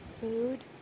food